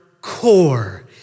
core